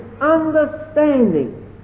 understanding